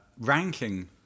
Ranking